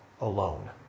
alone